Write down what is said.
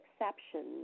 exceptions